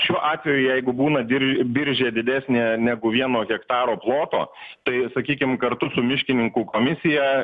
šiuo atveju jeigu būna dir biržė didesnė negu vieno hektaro ploto tai sakykim kartu su miškininkų komisija